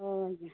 ହଁ ଆଜ୍ଞା